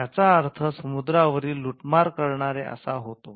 त्याचा अर्थ समुद्रावरील लूटमार करणारे असा होतो